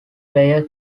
player